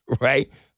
Right